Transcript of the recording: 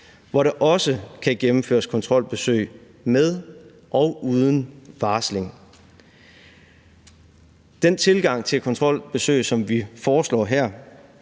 hvor der også kan gennemføres kontrolbesøg med og uden varsling. Den tilgang til kontrolbesøg, som vi foreslår her,